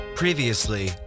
Previously